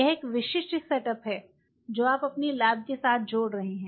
यह एक विशिष्ट सेटअप है जो आप अपनी लैब के साथ जोड़ रहे है